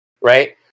right